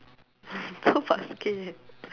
so basket